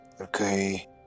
Okay